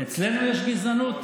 אצלנו יש גזענות?